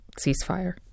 ceasefire